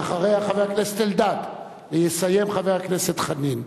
ואחריה, חבר הכנסת אלדד, ויסיים, חבר הכנסת חנין.